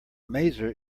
maser